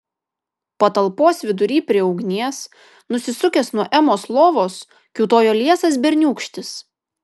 patalpos vidury prie ugnies nusisukęs nuo emos lovos kiūtojo liesas berniūkštis